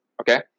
Okay